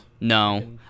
No